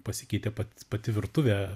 pasikeitė pats pati virtuvė